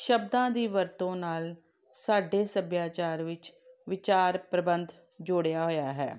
ਸ਼ਬਦਾਂ ਦੀ ਵਰਤੋਂ ਨਾਲ਼ ਸਾਡੇ ਸੱਭਿਆਚਾਰ ਵਿੱਚ ਵਿਚਾਰ ਪ੍ਰਬੰਧ ਜੋੜਿਆ ਹੋਇਆ ਹੈ